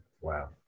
wow